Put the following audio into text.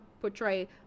portray